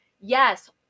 Yes